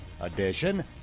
Edition